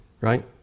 Right